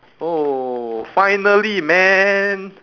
oh finally man